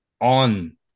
on